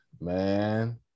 man